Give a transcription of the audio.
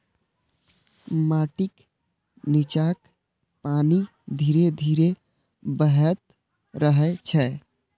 माटिक निच्चाक पानि धीरे धीरे बहैत रहै छै